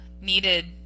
needed